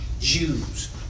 Jews